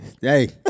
Hey